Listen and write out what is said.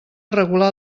regular